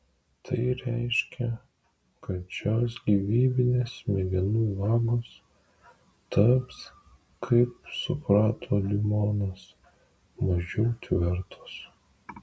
tai reiškia kad šios gyvybinės smegenų vagos taps kaip suprato diumonas mažiau tvirtos